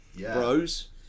bros